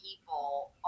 people